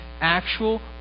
actual